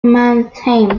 mannheim